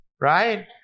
Right